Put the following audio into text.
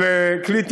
של מי?